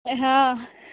हँ